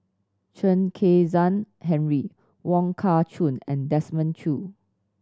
Chen Kezhan Henri Wong Kah Chun and Desmond Choo